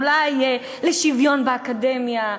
אולי לשוויון באקדמיה,